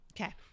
Okay